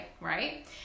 right